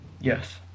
Yes